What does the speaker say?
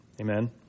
Amen